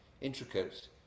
intricate